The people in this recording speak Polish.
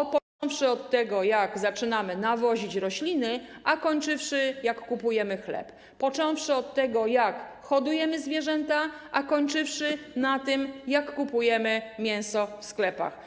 począwszy od tego, jak zaczynamy nawozić rośliny, a skończywszy na tym, jak kupujemy chleb, począwszy od tego, jak hodujemy zwierzęta, a skończywszy na tym, jak kupujemy mięso w sklepach.